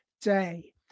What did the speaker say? day